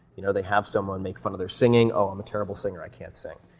you know they have someone make fun of their singing, oh, i'm a terrible singer, i can't sing,